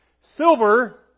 Silver